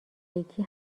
یکی